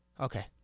okay